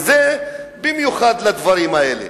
וזה במיוחד לדברים האלה.